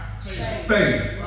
faith